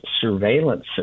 surveillance